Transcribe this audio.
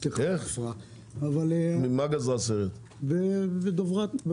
כבר גזרה סרט בדוברת.